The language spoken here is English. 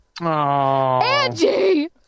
Angie